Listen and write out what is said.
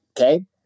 okay